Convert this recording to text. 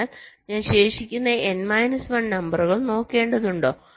അതിനാൽ ഞാൻ ശേഷിക്കുന്ന n മൈനസ് 1 നമ്പറുകൾ നോക്കേണ്ടതുണ്ടോ